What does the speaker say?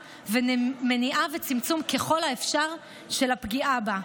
ומניעה וצמצום ככל האפשר של הפגיעה בה.